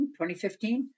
2015